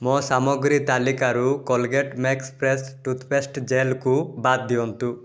ମୋ ସାମଗ୍ରୀ ତାଲିକାରୁ କୋଲଗେଟ୍ ମ୍ୟାକ୍ସ ଫ୍ରେଶ୍ ଟୁଥ୍ପେଷ୍ଟ୍ ଜେଲ୍କୁ ବାଦ ଦିଅନ୍ତୁ